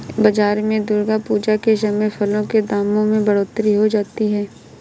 बाजार में दुर्गा पूजा के समय फलों के दामों में बढ़ोतरी हो जाती है